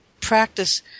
practice